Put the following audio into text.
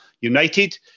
United